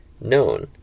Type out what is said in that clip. Known